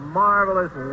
marvelous